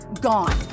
gone